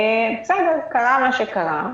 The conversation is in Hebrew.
בסדר, קרה מה שקרה.